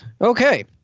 Okay